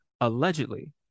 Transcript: Allegedly